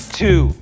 two